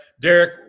Derek